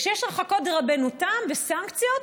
כשיש הרחקות דרבנו תם וסנקציות,